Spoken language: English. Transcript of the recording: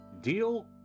Deal